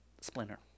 Splinter